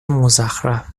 مزخرف